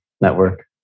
network